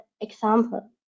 example